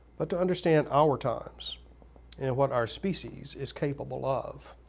but to understand our times and what our species is capable of.